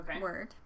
word